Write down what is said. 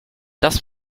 das